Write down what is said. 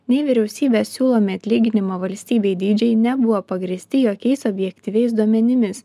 nei vyriausybės siūlomi atlyginimo valstybei dydžiai nebuvo pagrįsti jokiais objektyviais duomenimis